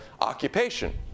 occupation